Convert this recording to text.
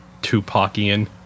Tupacian